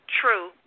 True